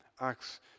Acts